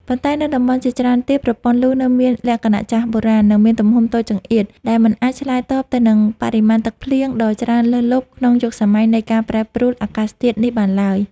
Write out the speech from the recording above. ប៉ុន្តែនៅតំបន់ជាច្រើនទៀត ប្រព័ន្ធលូនៅមានលក្ខណៈចាស់បុរាណ និងមានទំហំតូចចង្អៀត ដែលមិនអាចឆ្លើយតបទៅនឹងបរិមាណទឹកភ្លៀងដ៏ច្រើនលើសលប់ក្នុងយុគសម័យនៃការប្រែប្រួលអាកាសធាតុនេះបានឡើយ។